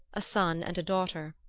a son and a daughter.